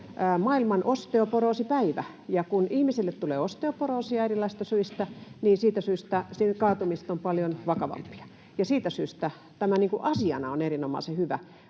maailman osteoporoosipäivä. Ja kun ihmisille tulee osteoporoosia erilaisista syistä, niin kaatumiset ovat paljon vakavampia, ja siitä syystä tämä asiana on erinomaisen hyvä.